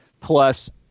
plus